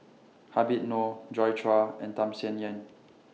Habib Noh Joi Chua and Tham Sien Yen